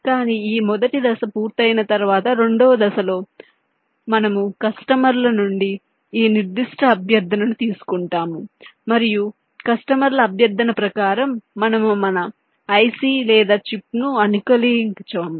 కానీ ఈ మొదటి దశ పూర్తయిన తర్వాత రెండవ దశలో మనం కస్టమర్ల నుండి ఈ నిర్దిష్ట అభ్యర్థనను తీసుకుంటాము మరియు కస్టమర్ల అభ్యర్థన ప్రకారం మనం మన IC లేదా చిప్ను అనుకూలీకరించాము